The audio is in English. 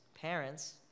Parents